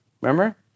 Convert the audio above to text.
Remember